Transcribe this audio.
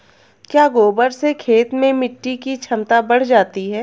क्या गोबर से खेत में मिटी की क्षमता बढ़ जाती है?